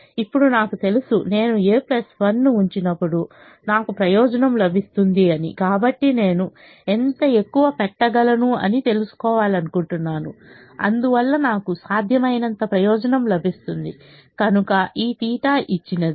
ఇప్పుడు నాకు తెలుసు నేను a 1 ఉంచినప్పుడు నాకు ప్రయోజనం లభిస్తుంది అని కాబట్టి నేను ఎంత ఎక్కువ పెట్టగలను అని తెలుసుకోవాలనుకుంటున్నాను అందువల్ల నాకు సాధ్యమైనంత ప్రయోజనం లభిస్తుంది కనుక ఈ θ ఇచ్చినది